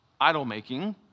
idol-making